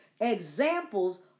examples